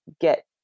get